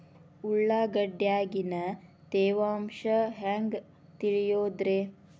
ಉಳ್ಳಾಗಡ್ಯಾಗಿನ ತೇವಾಂಶ ಹ್ಯಾಂಗ್ ತಿಳಿಯೋದ್ರೇ?